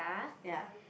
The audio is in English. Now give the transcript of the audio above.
ya